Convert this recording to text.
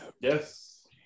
Yes